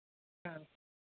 ஆ